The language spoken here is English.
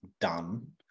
done